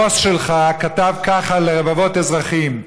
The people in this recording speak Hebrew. הבוס שלך כתב ככה לרבבות אזרחים.